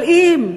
אבל אם,